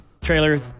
trailer